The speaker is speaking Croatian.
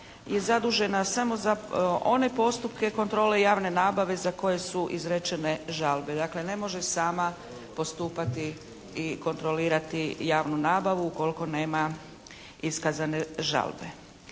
je zadužena samo za one postupke kontrole javne nabave za koje su izrečene žalbe. Dakle ne može sama postupati i kontrolirati javnu nabavu ukoliko nema iskazane žalbe.